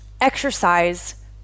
exercise